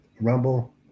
Rumble